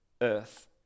earth